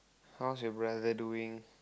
how's your brother doing